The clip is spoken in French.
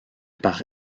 par